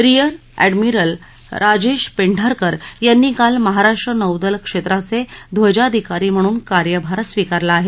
rear admiral Rajesh Pendharkar यांनी काल महाराष्ट्र नौदल क्षेत्राचे ध्वजाधिकारी म्हणून कार्यभार स्वीकारला आहे